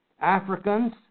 Africans